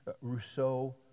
Rousseau